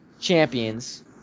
champions